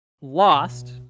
lost